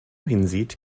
hinsieht